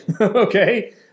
Okay